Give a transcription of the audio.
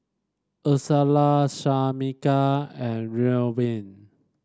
Ursula Shamika and Reubin